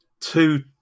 two